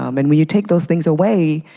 um and when you take those things away,